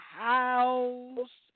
house